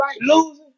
losing